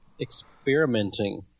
experimenting